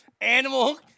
Animal